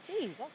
Jesus